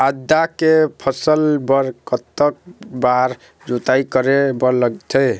आदा के फसल बर कतक बार जोताई करे बर लगथे?